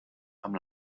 amb